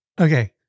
Okay